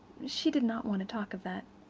she did not want to talk of that.